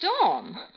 Storm